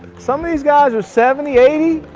some of these guys are seventy eighty.